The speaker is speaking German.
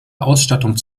ausstattung